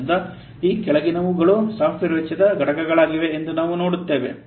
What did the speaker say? ಆದ್ದರಿಂದ ಈ ಕೆಳಗಿನವುಗಳು ಸಾಫ್ಟ್ವೇರ್ ವೆಚ್ಚದ ಘಟಕಗಳಾಗಿವೆ ಎಂದು ನಾವು ನೋಡುತ್ತೇವೆ